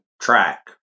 track